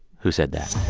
who said that